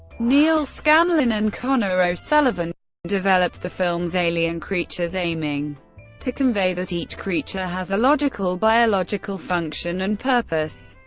neal scanlan and conor o'sullivan developed the film's alien creatures, aiming to convey that each creature has a logical biological function and purpose.